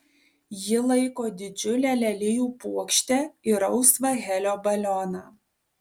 ji laiko didžiulę lelijų puokštę ir rausvą helio balioną